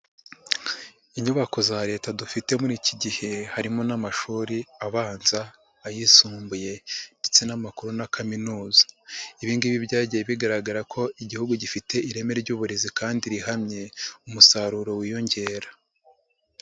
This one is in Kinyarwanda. Inyubako za Leta dufite muri iki gihe harimo n'amashuri abanza, ayisumbuye ndetse n'amakuru na kaminuza, ibi ngibi byagiye bigaragara ko Igihugu gifite ireme ry'uburezi kandi rihamye umusaruro wiyongera.